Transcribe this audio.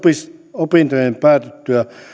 opintojen päätyttyä